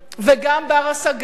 וגם בר-השגה,